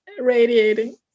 radiating